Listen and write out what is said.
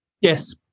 Yes